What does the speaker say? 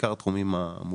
בעיקר התחומים המוכרים,